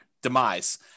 Demise